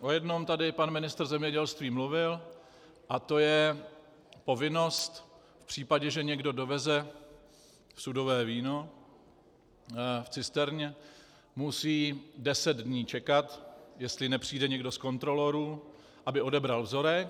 O jednom tady pan ministr zemědělství mluvil a to je povinnost v případě, že někdo doveze sudové víno v cisterně, musí deset dní čekat, jestli nepřijde někdo z kontrolorů, aby odebral vzorek,